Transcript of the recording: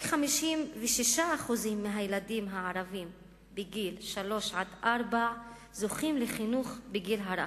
רק 55% מהילדים הערבים בגיל שלוש עד ארבע זוכים לחינוך בגיל הרך,